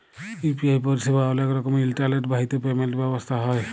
UPI পরিসেবা অলেক রকমের ইলটারলেট বাহিত পেমেল্ট ব্যবস্থা হ্যয়